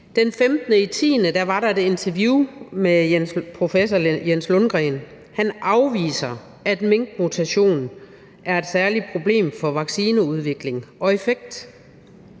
Den 15. oktober var der et interview med professor Jens Lundgren. Han afviser, at minkmutation er et særligt problem for vaccineudvikling og -effekt.